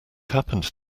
happened